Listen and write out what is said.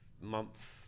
month